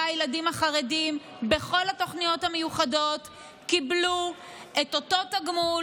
הילדים החרדים בכל התוכניות המיוחדות קיבלו את אותו תגמול